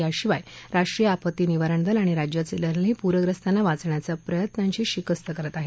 याशिवाय राष्ट्रीय आपती निवारण दल आणि राज्याचे दलही पूर ग्रस्ताना वाचण्याचा प्रयत्नांची शिकस्त करत आहे